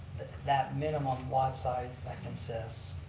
that minimum lot size like consists.